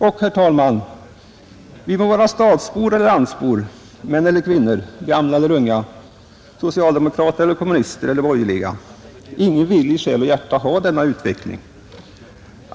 Och, herr talman, vi må vara stadsbor eller landsbor, män eller kvinnor, gamla eller unga, socialdemokrater, kommunister eller borgerliga — ingen vill i själ och hjärta denna utveckling.